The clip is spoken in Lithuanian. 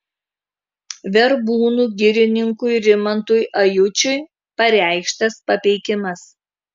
verbūnų girininkui rimantui ajučiui pareikštas papeikimas